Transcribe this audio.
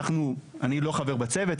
אני לא חבר בצוות,